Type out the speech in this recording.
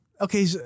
Okay